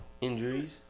Injuries